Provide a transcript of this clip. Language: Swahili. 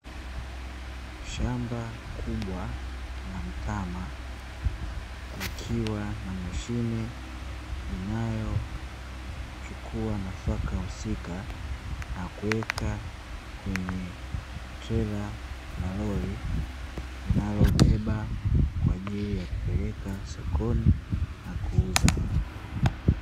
Shamba kubwa la mtama, likiwa na mashine inayochukua nafaka husika na kuweka kwenye trela la lori, linalobeba kwa ajili ya kupeleka sokoni na kuuza.